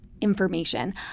information